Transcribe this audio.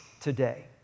today